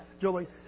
Julie